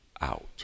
out